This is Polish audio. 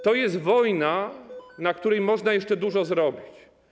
To jest wojna, na której można jeszcze dużo zrobić.